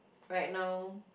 right now